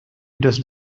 does